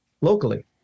locally